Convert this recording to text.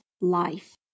Life